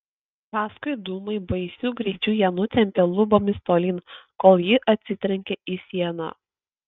paskui dūmai baisiu greičiu ją nutempė lubomis tolyn kol ji atsitrenkė į sieną